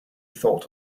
thought